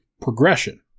progression